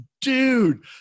dude